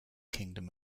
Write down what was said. kingdom